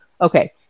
Okay